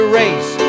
race